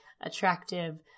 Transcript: attractive